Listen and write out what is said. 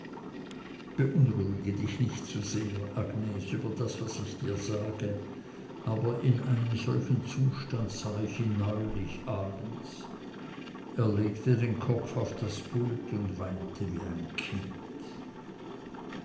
beunruhige dich nicht zu sehr agnes über das was ich dir sage aber in einem solchen zustand sah ich ihn neulich abends er legte den kopf auf das pult und weinte wie ein kind